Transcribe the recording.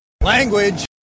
Language